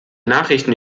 nachrichten